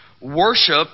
worship